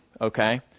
okay